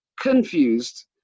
confused